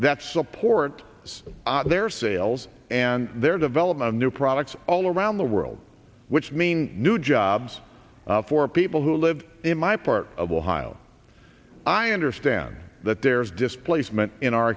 that support their sales and their development new products all around the world which means new jobs for people who live in my part of ohio i understand that there's displacement in our